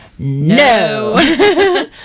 No